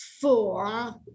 four